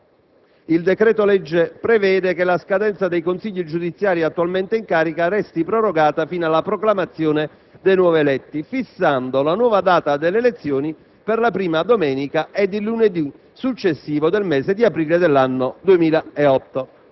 4 disciplina, per l'appunto, questa normativa. Ecco perché il decreto-legge prevede che la scadenza dei Consigli giudiziari attualmente in carica sia prorogata fino alla proclamazione dei nuovi eletti fissando la nuova data delle elezioni